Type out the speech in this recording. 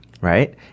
Right